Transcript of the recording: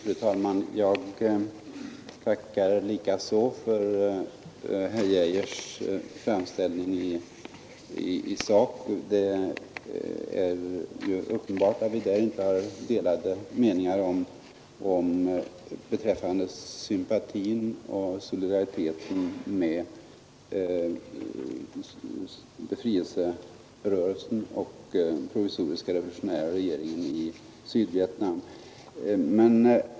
Fru talman! Även jag tackar för herr Geijers framställning i sak. Det är uppenbart att vi inte har delade meningar beträffande sympatin för och solidariteten med befrielserörelsen och den provisoriska revolutionära regeringen i Sydvietnam.